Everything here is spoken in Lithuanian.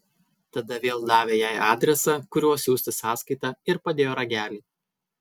tada vėl davė jai adresą kuriuo siųsti sąskaitą ir padėjo ragelį